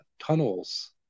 tunnels